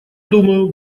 думаю